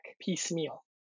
piecemeal